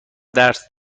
درس